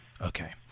okay